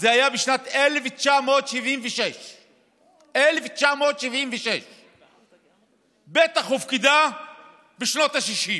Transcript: זה היה בשנת 1976. 1976. בטח הופקדה בשנות השישים.